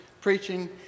preaching